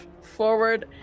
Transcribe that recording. forward